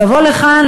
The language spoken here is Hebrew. לבוא לכאן,